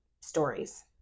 stories